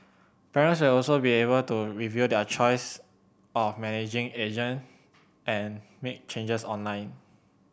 parents will also be able to review their choice of managing agent and make changes online